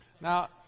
Now